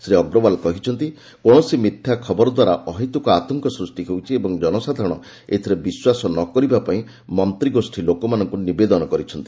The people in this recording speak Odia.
ଶ୍ରୀ ଅଗ୍ରୱାଲ ଆହୁରି କହିଛନ୍ତି କୌଣସି ମିଥ୍ୟା ଖବର ଦ୍ୱାରା ଅହେତ୍କ ଆତଙ୍କ ସ୍ଟିଷ୍ଟି ହେଉଛି ଏବଂ ଜନସାଧାରଣ ଏଥିରେ ବିଶ୍ୱାସ ନ କରିବା ପାଇଁ ମନ୍ତ୍ରୀଗୋଷ୍ଠୀ ଲୋକମାନଙ୍କୁ ନିବେଦନ କରିଛନ୍ତି